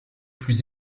plus